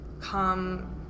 come